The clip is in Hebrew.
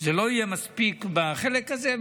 זה לא יהיה מספיק בחלק הזה,